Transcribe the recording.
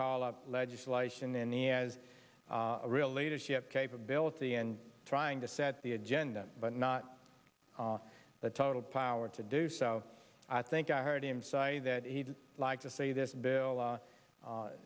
call up legislation in the as a real leadership capability and trying to set the agenda but not the total power to do so i think i heard him say that he'd like to say this bill